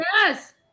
Yes